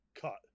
cut